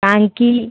কানকি